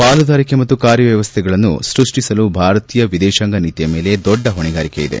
ಪಾಲುದಾರಿಕೆ ಮತ್ತು ಕಾರ್ಯವ್ಯವಸ್ಥೆಗಳನ್ನು ಸೃಷ್ಟಿಸಲು ಭಾರತೀಯ ವಿದೇಶಾಂಗ ನೀತಿಯ ಮೇಲೆ ದೊಡ್ಡ ಹೊಣೆಗಾರಿಕೆ ಇದೆ